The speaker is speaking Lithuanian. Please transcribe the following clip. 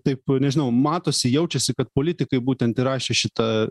taip nežinau matosi jaučiasi kad politikai būtent įrašę šitą